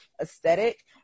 aesthetic